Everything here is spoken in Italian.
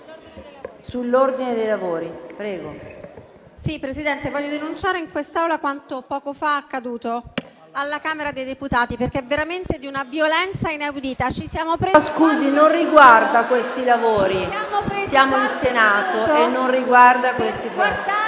ciò non riguarda i nostri lavori. Siamo in Senato e non riguarda questi lavori.